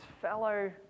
fellow